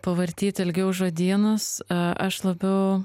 pavartyt ilgiau žodynus a aš labiau